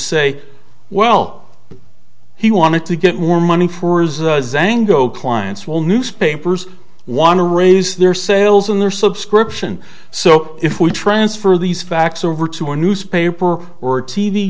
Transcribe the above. say well he wanted to get more money for resigning go clients will newspapers want to raise their sales in their subscription so if we transfer these facts over to a newspaper or a t